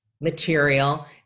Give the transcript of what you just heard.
material